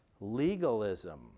Legalism